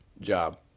job